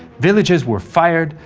villages were fired,